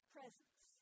Presence